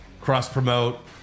cross-promote